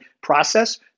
process